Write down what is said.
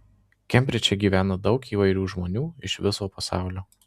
kembridže gyvena daug įvairių žmonių iš viso pasaulio